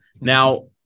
now